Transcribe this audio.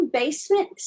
basement